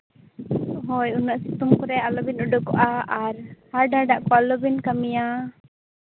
ᱦᱳᱭ ᱩᱱᱟᱹᱜ ᱥᱤᱛᱩᱝ ᱠᱚᱨᱮ ᱟᱞᱚ ᱵᱤᱱ ᱩᱰᱩᱠᱚᱜᱼᱟ ᱟᱨ ᱦᱟᱨᱰᱼᱦᱟᱨᱰᱟᱜ ᱠᱚ ᱟᱞᱚ ᱵᱤᱱ ᱠᱟᱹᱢᱤᱭᱟ